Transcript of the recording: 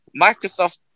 Microsoft